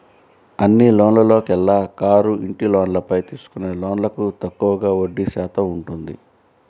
అన్ని లోన్లలోకెల్లా కారు, ఇంటి లోన్లపై తీసుకునే లోన్లకు తక్కువగా వడ్డీ శాతం ఉంటుంది